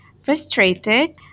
frustrated